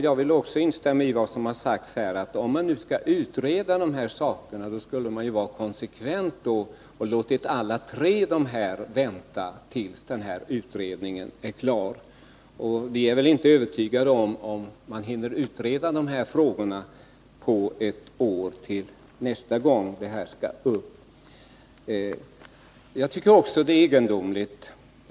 Jag vill också instämma i att man, som här sagts, om man skulle utreda dessa frågor, borde ha varit konsekvent och låtit alla de tre aktuella folkhögskolorna vänta tills utredningen är klar. Vi är inte övertygade om att dessa frågor hinner utredas på ett år, dvs. tills de nästa gång skall tas upp till behandling. Jag tycker också att det är en underlig behandling som detta ärende fått.